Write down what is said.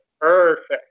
perfect